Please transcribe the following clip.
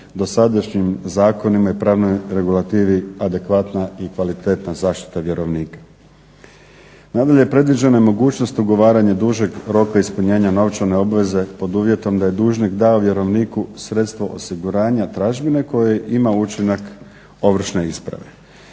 dosadašnjim zakonima i pravnoj regulativi adekvatna i kvalitetna zaštita vjerovnika. Nadalje, predviđena je mogućnost ugovaranja dužeg roka ispunjenja novčane obveze pod uvjetom da je dužnik dao vjerovnik sredstva osiguranja tražbine koji ima učinak ovršne isprave.